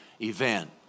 event